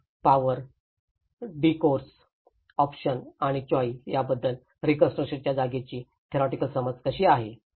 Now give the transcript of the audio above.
आणि power discourse option आणि choice याबद्दल रिकन्स्ट्रक्शनच्या जागेची थेरिओटिकल समज कशी आहे